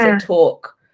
talk